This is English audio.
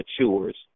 matures